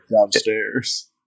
downstairs